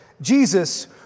Jesus